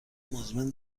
مزمن